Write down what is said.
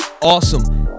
Awesome